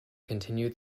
continued